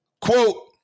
Quote